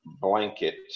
blanket